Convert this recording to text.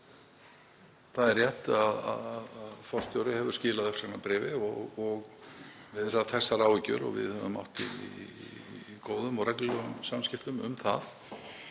Það er rétt að forstjóri hefur skilað uppsagnarbréfi og viðrað þessar áhyggjur og við höfum átt í góðum og reglulegum samskiptum um það.